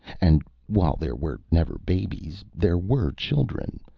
and while there were never babies, there were children,